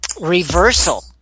reversal